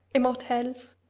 immortelles,